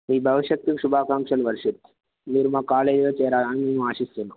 మీ భవిష్యతుకి శుభాకాంక్షలు వర్షిత్ మీరు మా కాలేజీలో చేరాలని మేము ఆశిస్తున్నాం